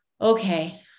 okay